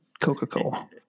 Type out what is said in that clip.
Coca-Cola